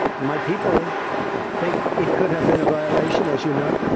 my people think it could have been a violation, as you know.